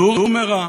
"סור מרע